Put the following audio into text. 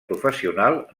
professional